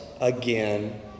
Again